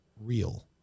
real